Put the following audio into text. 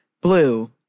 blue